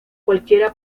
cualquiera